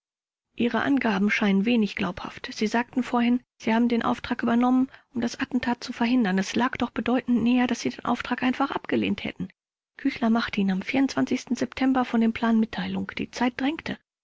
ihre angaben erscheinen wenig glaubhaft sie sagten vorhin sie haben den auftrag übernommen um das attentat zu verhindern es lag doch bedeutend näher daß sie den auftrag einfach abgelehnt hätten küchler machte ihnen am september von dem plan mitteilung die zeit drängte